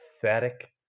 pathetic